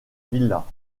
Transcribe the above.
villa